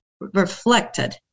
reflected